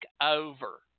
over